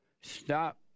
Stop